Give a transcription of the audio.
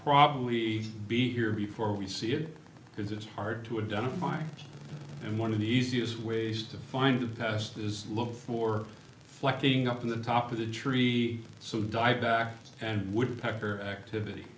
probably be here before we see it because it's hard to identify and one of the easiest ways to find the best is look for flapping up in the top of the tree so dive back and woodpecker activity